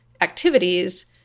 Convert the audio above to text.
activities